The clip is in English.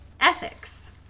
Ethics